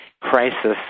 crisis